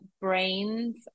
brains